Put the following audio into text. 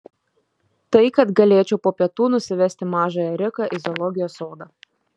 tai kad galėčiau po pietų nusivesti mažąją riką į zoologijos sodą